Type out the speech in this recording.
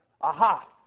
Aha